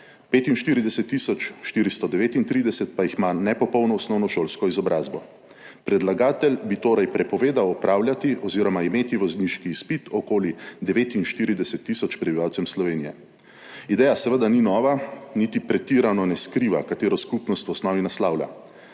439 pa jih ima nepopolno osnovnošolsko izobrazbo. Predlagatelj bi torej prepovedal opravljati oziroma imeti vozniški izpit okoli 49 tisoč prebivalcem Slovenije. Ideja seveda ni nova, niti pretirano ne skriva, katero skupnost v osnovi naslavlja.